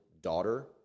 daughter